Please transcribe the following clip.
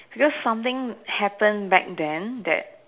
because something happen back then that